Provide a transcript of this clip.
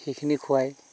সেইখিনি খুৱাই